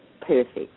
Perfect